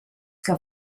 que